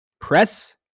press